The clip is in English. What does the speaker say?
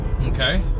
okay